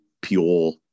pure